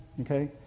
okay